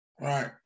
Right